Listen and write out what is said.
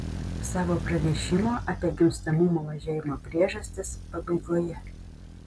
savo pranešimo apie gimstamumo mažėjimo priežastis pabaigoje